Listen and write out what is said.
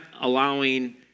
allowing